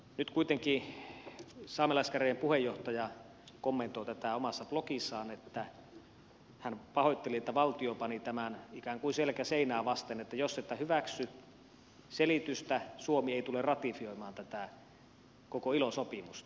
nyt kuitenkin saamelaiskäräjien puheenjohtaja kommentoi omassa blogissaan tätä niin että hän pahoitteli että valtio pani tämän ikään kuin selkä seinää vasten että jos ette hyväksy selitystä suomi ei tule ratifioimaan tätä koko ilo sopimusta